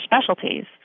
specialties